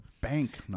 bank